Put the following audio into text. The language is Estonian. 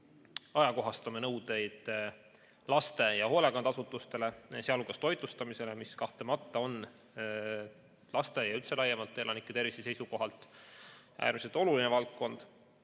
ajakohastame nõudeid laste‑ ja hoolekandeasutustele, sealhulgas toitlustamisele, mis kahtlemata on laste ja üldse laiemalt elanike tervise seisukohalt äärmiselt oluline valdkond,